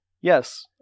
yes